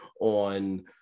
on